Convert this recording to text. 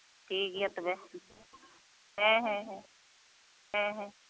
ᱴᱷᱤᱠᱜᱮᱭᱟ ᱛᱚᱵᱮ ᱦᱮᱸ ᱦᱮᱸ ᱦᱮᱸ ᱦᱮᱸ ᱦᱮᱸ